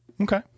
okay